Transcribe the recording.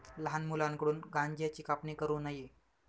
लहान मुलांकडून गांज्याची कापणी करू नये